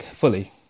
fully